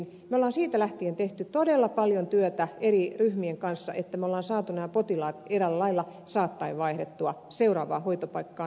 me olemme siitä lähtien tehneet todella paljon työtä eri ryhmien kanssa että me olemme saaneet nämä potilaat eräällä lailla saattaen vaihdettua seuraavaan hoitopaikkaan